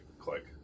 click